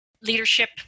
leadership